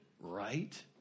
right